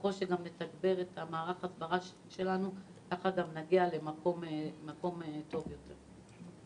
ככל שנתגבר את מערך ההסברה שלנו ככה גם נגיע למקום טוב יותר.